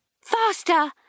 Faster